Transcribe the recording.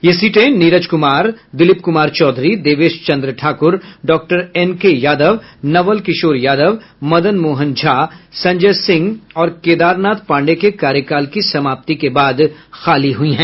ये सीटें नीरज कुमार दिलीप कुमार चौधरी देवेश चंद्र ठाकुर डॉ एन के यादव नवल किशोर यादव मदन मोहन झा संजय सिंह और केदार नाथ पाण्डेय के कार्यकाल की समाप्ति के बाद खाली हुई हैं